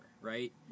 right